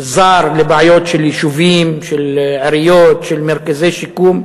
זר לבעיות של יישובים, של עיריות, של מרכזי שיקום.